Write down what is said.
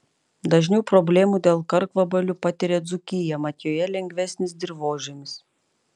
dažniau problemų dėl karkvabalių patiria dzūkija mat joje lengvesnis dirvožemis